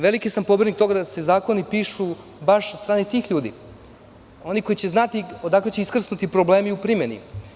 Veliki sam pobornik toga da se zakoni baš od strane tih ljudi, onih koji će znati odakle će iskrsnuti problemi u primeni.